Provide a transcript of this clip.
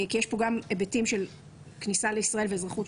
כי יש פה גם היבטים של כניסה לישראל ואזרחות,